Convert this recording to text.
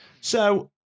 So-